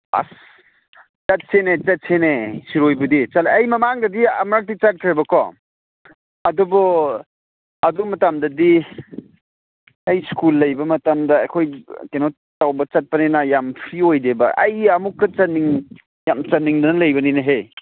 ꯑꯁ ꯆꯠꯁꯤꯅꯦ ꯆꯠꯁꯤꯅꯦ ꯁꯤꯔꯣꯏꯕꯨꯗꯤ ꯆꯠꯂꯦ ꯑꯩ ꯃꯃꯥꯡꯗꯗꯤ ꯑꯃꯨꯔꯛꯇꯤ ꯆꯠꯈ꯭ꯔꯦꯕꯀꯣ ꯑꯗꯨꯕꯨ ꯑꯗꯨ ꯃꯇꯝꯗꯗꯤ ꯑꯩ ꯁ꯭ꯀꯨꯜ ꯂꯩꯕ ꯃꯇꯝꯗ ꯑꯩꯈꯣꯏ ꯀꯩꯅꯣ ꯇꯧꯕ ꯆꯠꯄꯅꯤꯅ ꯌꯥꯝ ꯐ꯭ꯔꯤ ꯑꯣꯏꯗꯦꯕ ꯑꯩ ꯑꯃꯨꯛꯀ ꯆꯠꯅꯤꯡ ꯌꯥꯝ ꯆꯠꯅꯤꯡꯗꯅ ꯂꯩꯕꯅꯤꯅꯦꯍꯦ